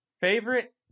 Favorite